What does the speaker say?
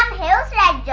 heels, yeah yeah